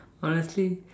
honestly